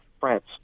France